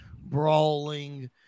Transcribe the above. brawling